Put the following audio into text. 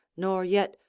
nor yet,